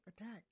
attack